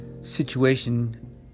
situation